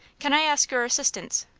can i ask your assistance?